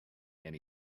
and